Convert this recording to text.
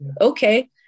Okay